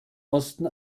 osten